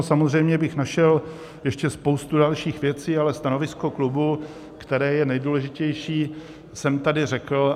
Samozřejmě bych našel ještě spoustu dalších věcí, ale stanovisko klubu, které je nejdůležitější, jsem tady řekl.